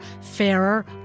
fairer